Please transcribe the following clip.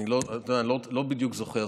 אני לא בדיוק זוכר,